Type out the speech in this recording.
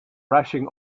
rushing